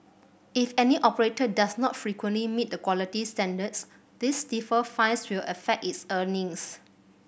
if any operator does not frequently meet the quality standards these stiffer fines will affect its earnings